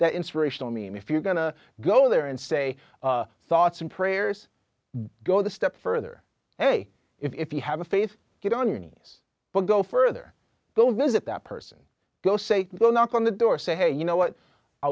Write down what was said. that inspirational mean if you're going to go there and say thoughts and prayers go the step further hey if you have a face get on your knees go further those visit that person go say go knock on the door say hey you know what i